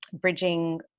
bridging